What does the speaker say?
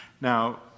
Now